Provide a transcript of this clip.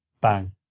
Bang